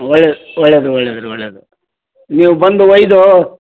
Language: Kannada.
ಒಳ್ಳೆದು ಒಳ್ಳೆಯದು ಒಳ್ಳೆಯದು ರೀ ಒಳ್ಳೆಯದು ನೀವು ಬಂದು ಒಯ್ದು